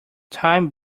time